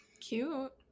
Cute